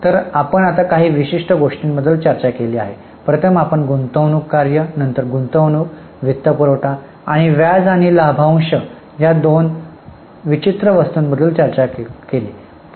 तर आपण आता काही विशिष्ट गोष्टींबद्दल चर्चा केली आहे प्रथम आपण गुंतवणूक कार्य नंतर गुंतवणूक वित्तपुरवठा आणि व्याज आणि लाभांश या दोन विचित्र वस्तूंबद्दल चर्चा करतो